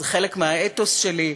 זה חלק מהאתוס שלי,